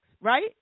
right